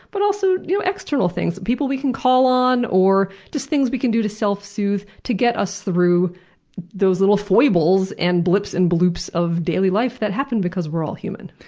but also you know external things people we can call on or things we can do to self-soothe to get us through those little foibles and blips and bloops of daily life that happen because we're all human.